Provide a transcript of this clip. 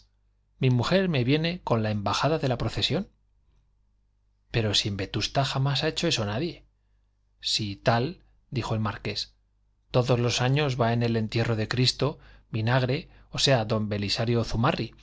mi mujer me viene con la embajada de la procesión pero si en vetusta jamás ha hecho eso nadie sí tal dijo el marqués todos los años va en el entierro de cristo vinagre o sea don belisario